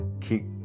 Keep